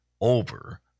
over